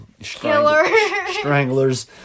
stranglers